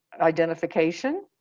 identification